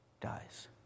dies